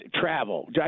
travel